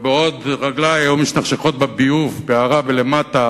בעוד רגלי משתכשכות בביוב בעראבה למטה,